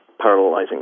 parallelizing